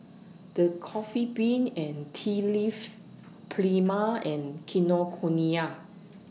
The Coffee Bean and Tea Leaf Prima and Kinokuniya